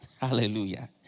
Hallelujah